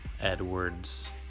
edwards